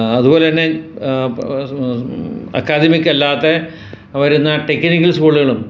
അതുപോല തന്നെ അക്കാദമിക് അല്ലാത്ത വരുന്ന ടെക്കിനിക്കൽ സ്കൂളുകളും